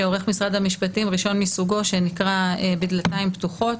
שעורך משרד המשפטים שנקרא "בדלתיים פתוחות".